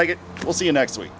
like it we'll see you next week